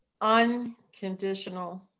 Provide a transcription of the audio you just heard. unconditional